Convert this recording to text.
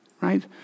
Right